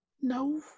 No